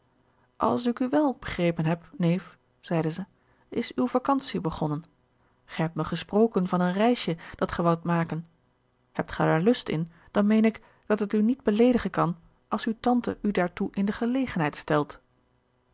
als ik u wel begrepen heb neef zeide ze is uw vacantie begonnen gij hebt me gesproken van een reisje dat ge woudt maken hebt ge daar lust in dan meen ik dat het u niet beleedigen kan als uw tante u daartoe in de gelegenheid stelt